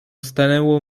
stanęło